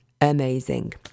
amazing